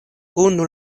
unu